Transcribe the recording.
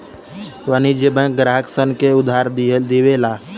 वाणिज्यिक बैंक ग्राहक सन के उधार दियावे ला